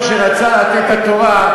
כשרצה לתת את התורה,